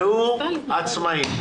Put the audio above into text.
ראו, עצמאים.